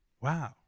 Wow